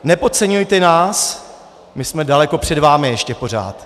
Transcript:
Nepodceňujte nás, my jsme daleko před vámi ještě pořád.